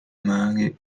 mare